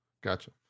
gotcha